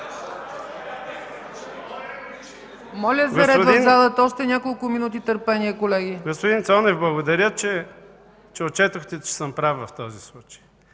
Моля за ред в залата! Още няколко минути търпение, колеги! РАДАН КЪНЕВ: Господин Цонев, благодаря, че отчетохте, че съм прав в този случай.